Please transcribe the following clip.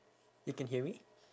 you can hear me